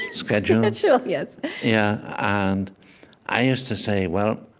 schedule schedule, yes yeah. and i used to say, well,